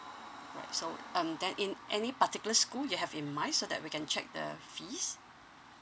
alright so um then in any particular school you have in mind so that we can check the fees